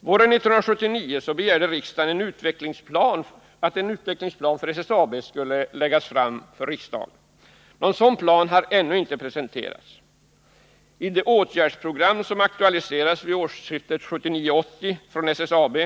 På våren 1979 begärde riksdagen att en utvecklingsplan för SSAB skulle läggas fram för riksdagen. Någon sådan plan har ännu inte presenterats. I det åtgärdsprogram som aktualiserades vid årsskiftet 1979-1980 från SSAB